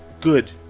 good